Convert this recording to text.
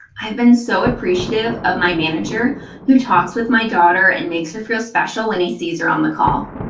i've been so appreciate of my manager who talks with my daughter and makes her feel special when he sees her on the call.